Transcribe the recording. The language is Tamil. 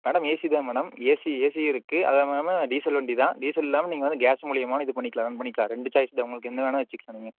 மேடம் ஏசி தான் மேடம் ஏசி ஏசியும் இருக்குது அதேமாரிம டீசல் வண்டி தான் டீசல் இல்லாமல் நீங்கள் வந்து கேஸ் மூலிமாவும் இது பண்ணிக்கலாம் ஏர்ன் பண்ணிக்கலாம் ரெண்டு சாய்ஸ் தான் உங்களுக்கு என்ன வேணால் வச்சுக்கலாம் நீங்கள்